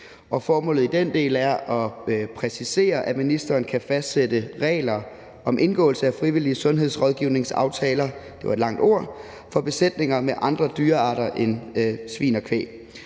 formålet i den del er at præcisere, at ministeren kan fastsætte regler om indgåelse af frivillige sundhedsrådgivningsaftaler – det var et langt ord – for besætninger med andre dyrearter end svin og kvæg.